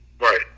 right